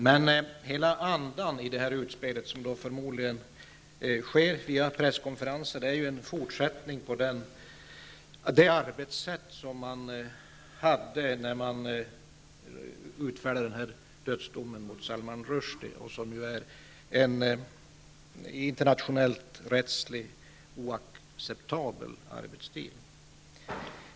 Men hela andan i de utspel som förmodligen sker via presskonferenser är en fortsättning på det arbetssätt som man använde när man utfärdade dödsdomen över Salman Rushdie. Det är en, enligt internationell rätt, oacceptabel arbetsstil.